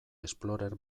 explorer